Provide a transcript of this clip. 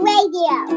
Radio